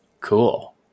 Cool